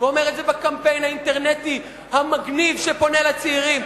ואומר את זה בקמפיין האינטרנטי המגניב שפונה לצעירים.